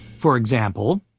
for example,